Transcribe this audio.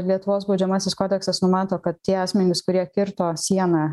lietuvos baudžiamasis kodeksas numato kad tie asmenys kurie kirto sieną